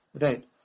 right